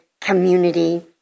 community